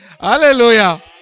Hallelujah